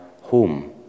home